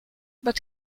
but